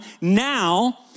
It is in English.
now